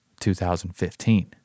2015